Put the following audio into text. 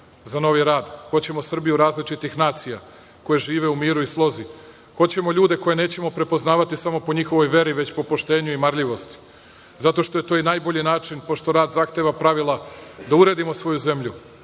za novi rad. Hoćemo Srbiju različitih nacija koje žive u miru i slozi. Hoćemo ljude koje nećemo prepoznavati samo po njihovoj veri, već po poštenju i marljivosti. Zato što je to i najbolji način, pošto rad zahteva pravila, da uredimo svoju zemlju,